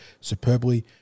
superbly